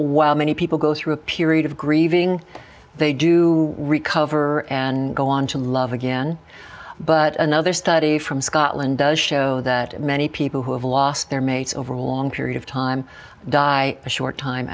while many people go through a period of grieving they do recover and go on to love again but another study from scotland does show that many people who have lost their mates over a long period of time die a short time